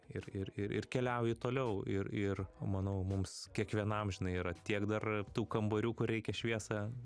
ir ir ir ir keliauju toliau ir ir manau mums kiekvienam žinai yra tiek dar tų kambarių kur reikia šviesą